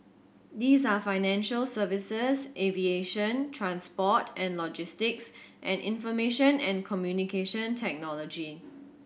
these are financial services aviation transport and logistics and information and Communication Technology